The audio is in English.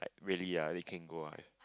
really ah they can go ah